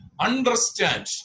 Understand